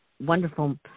wonderful